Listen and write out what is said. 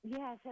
Yes